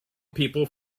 people